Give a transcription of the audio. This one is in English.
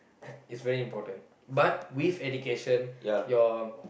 is very important but with education your